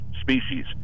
species